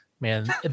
Man